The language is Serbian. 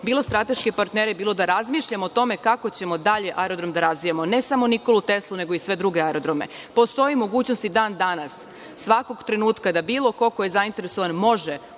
bilo strateške partnere, bilo da razmišljamo o tome kako ćemo dalje aerodrom da razvijamo, ne samo „Nikolu Teslu“, nego i sve druge aerodrome. Postoji mogućnost i dan danas, svakog trenutka, da bilo ko ko je zainteresovan može